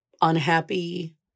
unhappy